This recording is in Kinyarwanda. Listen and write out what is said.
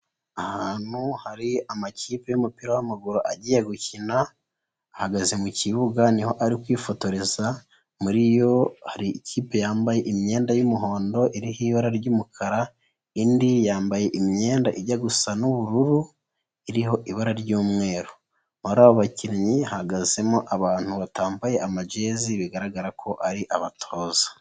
Ahantu hari amakipe y'umupira w'amaguru agiye gukina, ahagaze mu kibuga ni ho ari kwifotoreza, muri yo hari ikipe yambaye imyenda y'umuhondo, iriho ibara ry'umukara, indi yambaye imyenda ijya gusa n'ubururu, iriho ibara ry'umweru, muri abo bakinnyi hahagazemo abantu batambaye amajezi, bigaragara ko ari abatoza.